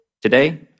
Today